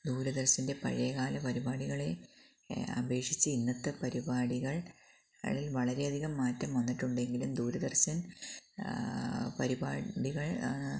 ദൂരദര്ശന്റെ പഴയകാല പരിപാടികളെ അപേക്ഷിച്ച് ഇന്നത്തെ പരിപാടികളിൽ വളരെയധികം മാറ്റം വന്നിട്ടുണ്ടെങ്കിലും ദൂരദര്ശന് പരിപാടികള്